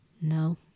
No